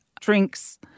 drinks